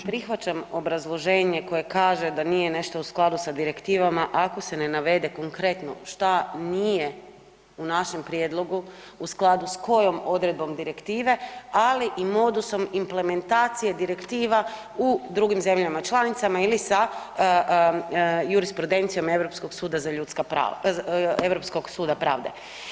Ne prihvaćam obrazloženje koje kaže da nije nešto u skladu sa direktivama ako se ne navede konkretno šta nije u našem prijedlogu u skladu s kojom odredbom direktive, ali i modusom implementacije direktiva u drugim zemljama članicama ili sa jurisprudencijom Europskog suda za ljudska prava, Europskog suda pravde.